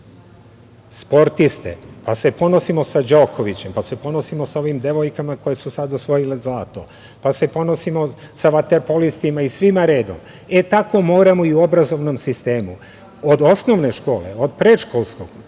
sportiste, pa se ponosimo sa Đokovićem, pa se ponosima sa ovim devojkama koje su sada osvojile zlato, pa se ponosimo sa vaterpolistima i svima redom. Tako moramo i u obrazovnom sistemu, od osnovne škole, od predškolskog